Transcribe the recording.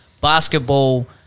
Basketball